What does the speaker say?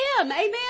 Amen